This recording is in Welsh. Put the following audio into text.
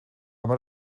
mor